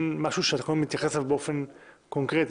משהו שהתקנון מתייחס אליו באופן קונקרטי.